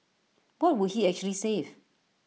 what would he actually save